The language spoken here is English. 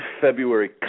February